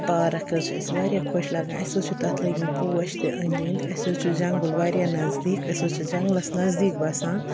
park حظ چھِ اَسہِ واریاہ خۄش لگان اَسہِ حظ چھُ تَتھ لٲگۍ مٕتۍ پوش تہِ أنٛدۍ أنٛدۍ اَسہِ حظ چھُ جنٛگُل واریاہ نزدیٖک أسۍ حظ چھِ جنٛگلَس نزدیٖک بَسان